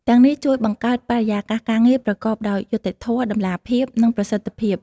ទាំងនេះជួយបង្កើតបរិយាកាសការងារប្រកបដោយយុត្តិធម៌ តម្លាភាព និងប្រសិទ្ធភាព។